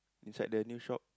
inside the news shop